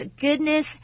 goodness